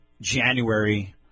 January